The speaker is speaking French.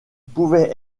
pouvait